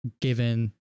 given